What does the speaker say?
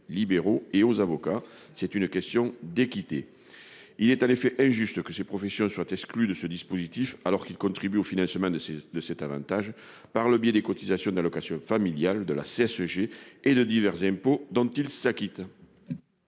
libéraux et aux avocats. C'est une question d'équité. Il est en effet injuste que ces professions soient exclues de ce dispositif alors qu'elles contribuent au financement de cet avantage par le biais des cotisations d'allocations familiales, de la contribution sociale